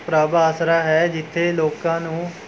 ਪ੍ਰਭ ਆਸਰਾ ਹੈ ਜਿੱਥੇ ਲੋਕਾਂ ਨੂੰ